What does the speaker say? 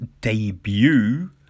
debut